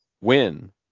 win